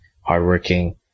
hardworking